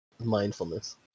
mindfulness